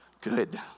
Good